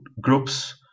groups